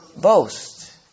boast